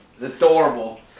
Adorable